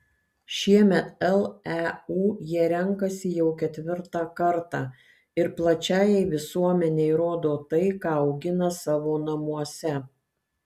šiemet leu jie renkasi jau ketvirtą kartą ir plačiajai visuomenei rodo tai ką augina savo namuose